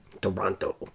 Toronto